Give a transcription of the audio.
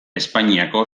espainiako